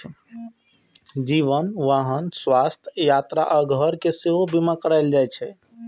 जीवन, वाहन, स्वास्थ्य, यात्रा आ घर के सेहो बीमा कराएल जाइ छै